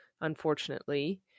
Unfortunately